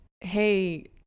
hey